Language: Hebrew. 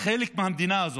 חלק מהמדינה הזאת,